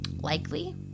Likely